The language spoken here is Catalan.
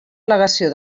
al·legació